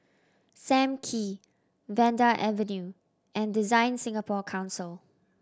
Sam Kee Vanda Avenue and DesignSingapore Council